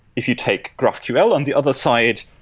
if you take graphql on the other side,